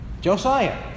Josiah